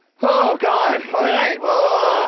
oh god, alright, well ah,